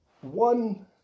one